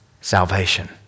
Salvation